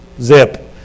Zip